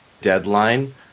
deadline